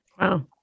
wow